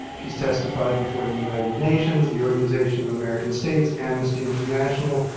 she has testified before the united nations, the organization of american states, amnesty international,